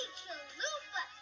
chalupa